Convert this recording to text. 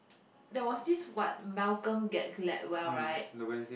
there was this what Malcom get Gladwell right